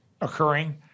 occurring